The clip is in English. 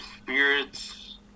spirits